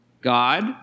God